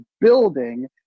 building